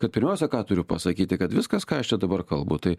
kad pirmiausia ką turiu pasakyti kad viskas ką aš čia dabar kalbu tai